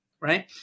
Right